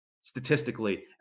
statistically